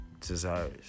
desires